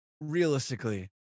realistically